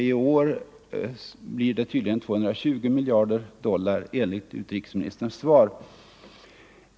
I år blir det tydligen 220 miljarder dollar enligt utrikesministerns svar.